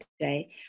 today